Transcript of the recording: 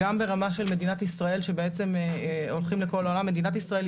גם ברמה של מדינת ישראל, מדינת ישראל,